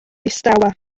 distawa